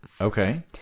Okay